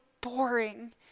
boring